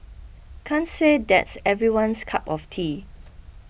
can't say that's everyone's cup of tea